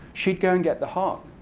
she'd go and get the heart.